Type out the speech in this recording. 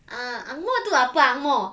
ah ang moh tu apa ang moh